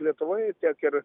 lietuvoje tiek ir